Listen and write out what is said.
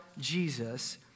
Jesus